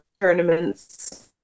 tournaments